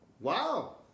Wow